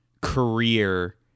career